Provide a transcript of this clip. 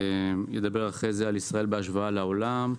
אחרי זה אני אדבר על ישראל בהשוואה לעולם,